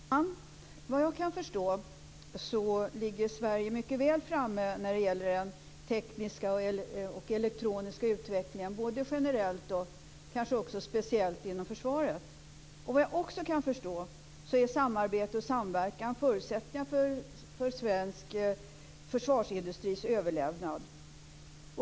Fru talman! Såvitt jag kan förstå ligger Sverige generellt mycket väl framme när det gäller den tekniska och elektroniska utvecklingen, kanske speciellt inom försvaret. Vad jag också kan förstå är att samarbete och samverkan är förutsättningar för svensk försvarsindustris överlevnad.